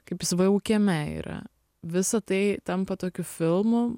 kaip jis vu kieme yra visa tai tampa tokiu filmu